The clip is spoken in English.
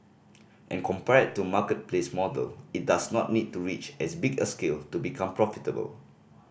and compared to marketplace model it does not need to reach as big a scale to become profitable